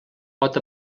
pot